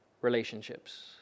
relationships